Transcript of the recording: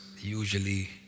usually